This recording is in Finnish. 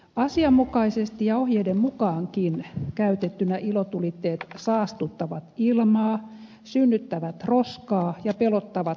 asianmukaisesti ja ohjeidenkin mukaan käytettyinä ilotulitteet saastuttavat ilmaa synnyttävät roskaa ja pelottavat lemmikkieläimiä